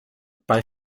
bei